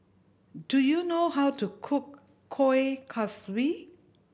do you know how to cook Kuih Kaswi